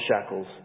shackles